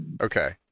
Okay